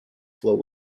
floor